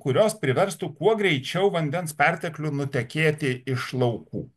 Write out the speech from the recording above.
kurios priverstų kuo greičiau vandens perteklių nutekėti iš laukų